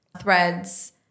threads